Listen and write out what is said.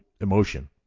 emotion